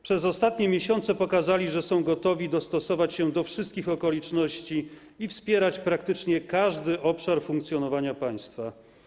Przez ostatnie miesiące pokazali, że są gotowi dostosować się do wszystkich okoliczności i wspierać praktycznie każdy obszar funkcjonowania państwa.